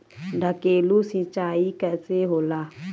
ढकेलु सिंचाई कैसे होला?